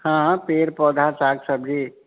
हँऽ पेड़ पौधा साग सब्जी